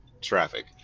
Traffic